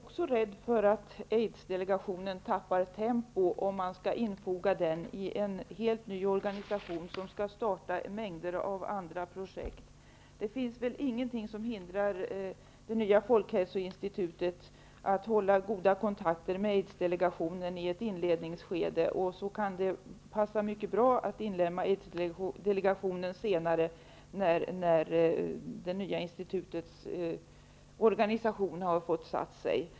Herr talman! Jag är också rädd för att Aidsdelegationen tappar tempo om man skall infoga den i en helt ny organisation som skall starta mängder av andra projekt. Det finns väl ingenting som hindrar att det nya folkhälsoinstitutet håller goda kontakter med Aids-delegationen i ett inledningsskede. Det kan passa mycket bra att inlemma Aids-delegationen senare, när det nya institutets organisation har fått sätta sig.